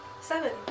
Seven